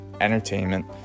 entertainment